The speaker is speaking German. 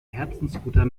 herzensguter